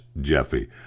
Jeffy